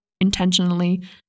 intentionally